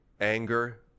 anger